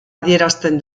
adierazten